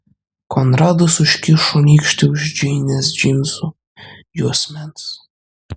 konradas užkišo nykštį už džeinės džinsų juosmens